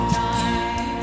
time